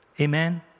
Amen